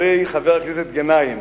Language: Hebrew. לגבי חבר הכנסת גנאים,